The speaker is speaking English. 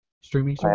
streaming